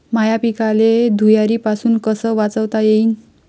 माह्या पिकाले धुयारीपासुन कस वाचवता येईन?